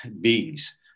beings